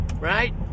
right